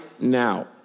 now